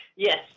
Yes